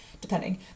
depending